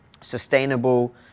sustainable